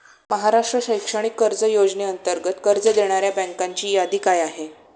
महाराष्ट्र शैक्षणिक कर्ज योजनेअंतर्गत कर्ज देणाऱ्या बँकांची यादी काय आहे?